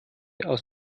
aus